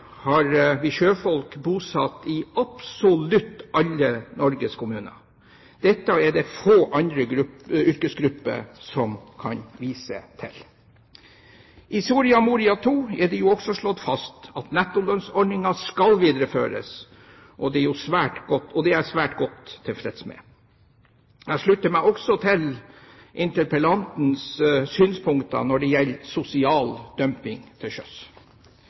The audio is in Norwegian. har vi sjøfolk bosatt i absolutt alle Norges kommuner. Dette er det få andre yrkesgrupper som kan vise til. I Soria Moria II er det slått fast at nettolønnsordningen skal videreføres, og det er jeg svært godt tilfreds med. Jeg slutter meg også til interpellantens synspunkter når det gjelder sosial dumping til sjøs.